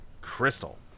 Crystal